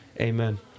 Amen